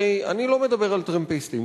הרי אני לא מדבר על טרמפיסטים,